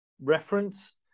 reference